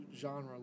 genre